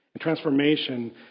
transformation